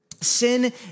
Sin